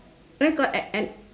I got and and